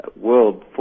world